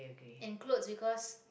and clothes because